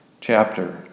chapter